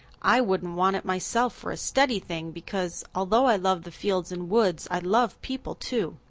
i wouldn't want it myself for a steady thing, because, although i love the fields and woods, i love people too.